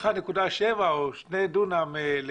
בצפון היית בעיה דומה.